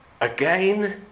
again